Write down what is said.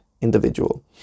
individual